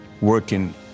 working